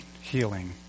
healing